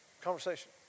Conversation